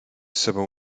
sobą